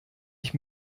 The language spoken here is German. ich